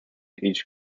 each